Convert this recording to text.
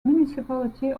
municipality